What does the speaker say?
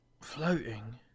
floating